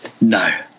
No